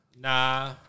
Nah